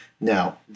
Now